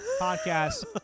podcast